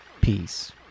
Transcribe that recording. peace